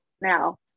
now